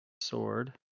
sword